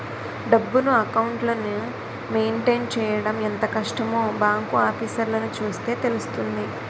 డబ్బును, అకౌంట్లని మెయింటైన్ చెయ్యడం ఎంత కష్టమో బాంకు ఆఫీసర్లని చూస్తే తెలుస్తుంది